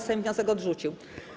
Sejm wniosek odrzucił.